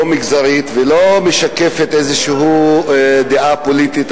ולא מגזרית ולא משקפת איזו דעה פוליטית.